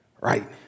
Right